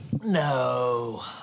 No